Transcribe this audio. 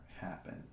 happen